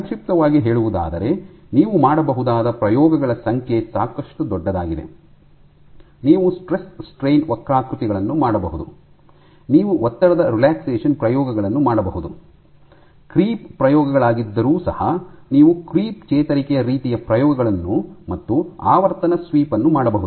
ಸಂಕ್ಷಿಪ್ತವಾಗಿ ಹೇಳುವುದಾದರೆ ನೀವು ಮಾಡಬಹುದಾದ ಪ್ರಯೋಗಗಳ ಸಂಖ್ಯೆ ಸಾಕಷ್ಟು ದೊಡ್ಡದಾಗಿದೆ ನೀವು ಸ್ಟ್ರೆಸ್ ಸ್ಟ್ರೈನ್ ವಕ್ರಾಕೃತಿಗಳನ್ನು ಮಾಡಬಹುದು ನೀವು ಒತ್ತಡದ ರಿಲ್ಯಾಕ್ಕ್ಸೆಷನ್ ಪ್ರಯೋಗಗಳನ್ನು ಮಾಡಬಹುದು ಕ್ರೀಪ್ ಪ್ರಯೋಗಗಳಾಗಿದ್ದರೂ ಸಹ ನೀವು ಕ್ರೀಪ್ ಚೇತರಿಕೆ ರೀತಿಯ ಪ್ರಯೋಗಗಳನ್ನು ಮತ್ತು ಆವರ್ತನ ಸ್ವೀಪ್ ಯನ್ನು ಮಾಡಬಹುದು